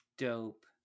Dope